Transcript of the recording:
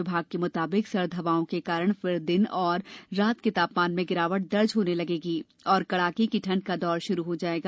विभाग के मुताबिक सर्द हवाओं के कारण फिर दिन और रात के तापमान में गिरावट दर्ज होने लगेगी और कड़ाके की ठंड का दौर शुरू हो जाएगा